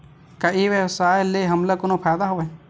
का ई व्यवसाय का ले हमला कोनो फ़ायदा हवय?